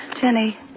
Jenny